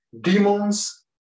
Demons